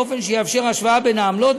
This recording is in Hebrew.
באופן שיאפשר השוואה בין העמלות.